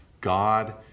God